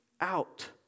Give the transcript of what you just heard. out